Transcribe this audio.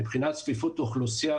מבחינת צפיפות האוכלוסייה,